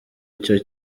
icyo